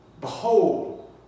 Behold